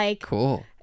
Cool